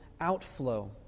outflow